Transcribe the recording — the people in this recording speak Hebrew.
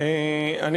תודה רבה,